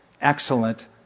excellent